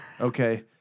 Okay